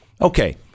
Okay